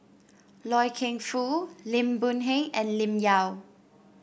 Loy Keng Foo Lim Boon Heng and Lim Yau